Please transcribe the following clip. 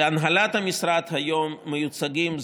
בהנהלת המשרד היום מיוצגים,